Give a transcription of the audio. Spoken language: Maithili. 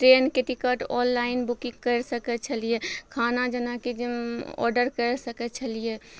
ट्रेनके टिकट ऑनलाइन बुकिंग करि सकै छलियै खाना जेनाकि ऑर्डर करि सकय छलियै